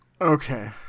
okay